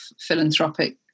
philanthropic